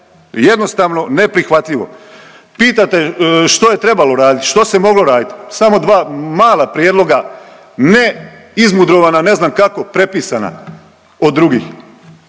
jednostavno neprihvatljivo. Pitate što je trebalo radit, što se moglo radit. Samo dva mala prijedloga, ne izmudrovana ne znam kako prepisana od drugih.